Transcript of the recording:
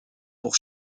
pour